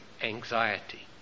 anxiety